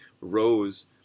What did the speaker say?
rose